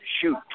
shoot